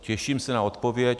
Těším se na odpověď.